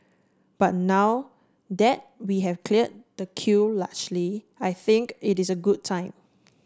but now that we have cleared the queue largely I think it is a good a time